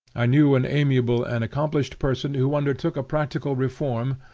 i knew an amiable and accomplished person who undertook a practical reform,